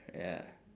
ya